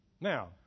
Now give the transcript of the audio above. Now